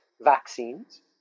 vaccines